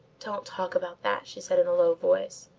don't talk about that, she said in a low voice.